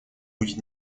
будет